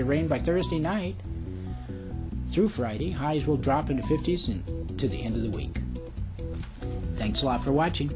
of rain by thursday night through friday highs will drop in the fifty's and to the end of the week thanks a lot for watching